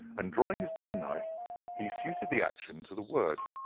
and drawing his penknife he suited the action to the word.